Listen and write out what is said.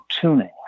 tuning